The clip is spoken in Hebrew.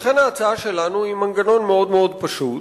לכן ההצעה שלנו קובעת מנגנון מאוד פשוט,